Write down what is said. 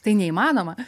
tai neįmanoma